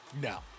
No